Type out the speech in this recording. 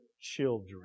children